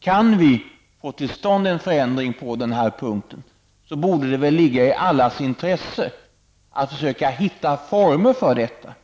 Kan vi få till stånd en förändring på den punkten, borde det väl ligga i allas intresse att försöka hitta former för detta.